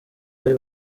bari